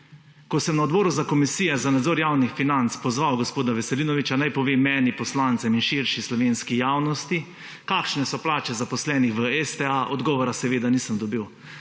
Ko sem na Komisiji za nadzor javnih financ pozval gospoda Veselinoviča naj pove meni, poslancem in širši slovenski javnosti kakšne so plače zaposlenih v STA dogovora seveda nisem dobil.